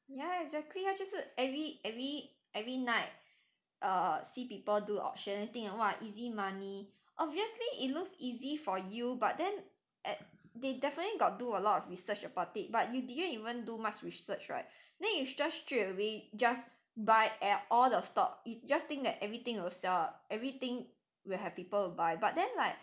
ya exactly 他就是 every every every night err see people do auction think like what easy money obviously it looks easy for you but then at they definitely got do a lot of research about it but you didn't even do much research right then you just straightaway just buy at all the stock you just think that everything will sell out everything will have people buy but then like